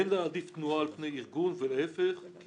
אין להעדיף תנועה על פני ארגון ולהיפך כי